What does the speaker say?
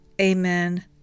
Amen